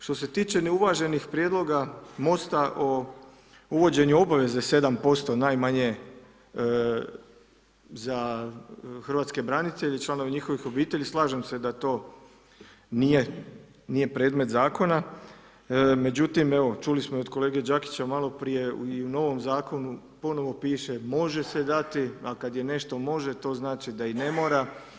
Što se tiče neuvaženih prijedloga MOST-a o uvođenju obaveze 7% najmanje za hrvatske branitelje i članove njihovih obitelji, slažem se da to nije predmet zakona međutim evo čuli smo i od kolege Đakića malo prije i u novom zakonu ponovno piše može se dati a kad je nešto može to znači da i ne mora.